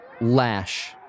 Lash